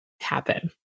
happen